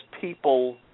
people